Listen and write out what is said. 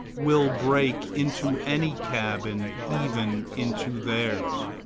will break into any cabin, even into theirs.